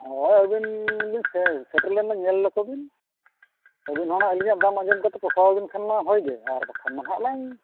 ᱦᱳᱭ ᱟᱹᱵᱤᱱ ᱥᱮᱴᱮᱨ ᱞᱮᱱᱵᱤᱱ ᱧᱮᱞ ᱞᱮᱠᱚ ᱵᱤᱱ ᱟᱹᱵᱤᱱ ᱦᱚᱸ ᱦᱟᱸᱜ ᱟᱹᱞᱤᱧᱟᱜ ᱫᱟᱢ ᱟᱸᱡᱚᱢ ᱠᱟᱛᱮᱫ ᱯᱚᱥᱟᱣ ᱟᱹᱵᱤᱱ ᱠᱷᱟᱱᱢᱟ ᱵᱷᱟᱹᱜᱤᱜᱮ ᱟᱨ ᱵᱟᱠᱷᱟᱱ ᱢᱟ ᱦᱟᱸᱜ ᱞᱟᱝ